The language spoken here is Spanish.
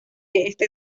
este